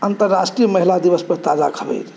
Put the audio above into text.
अंतरराष्ट्रीय महिला दिवस पर ताजा खबरि